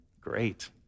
Great